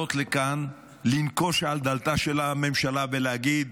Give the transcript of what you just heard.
לעלות לכאן, לנקוש על דלתה של הממשלה ולהגיד: